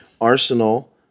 Arsenal